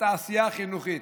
את העשייה החינוכית.